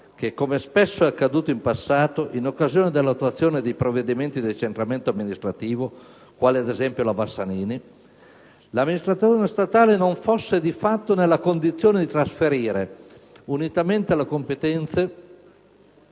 che, come spesso accaduto in passato, in occasione dell'attuazione di provvedimenti di decentramento amministrativo quale, ad esempio, la Bassanini, l'amministrazione statale non fosse di fatto nella condizione di trasferire, unitamente alle competenze